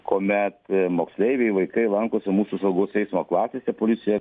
kuomet moksleiviai vaikai lankosi mūsų saugaus eismo klasėse policija